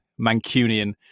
Mancunian